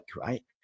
right